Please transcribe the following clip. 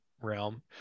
realm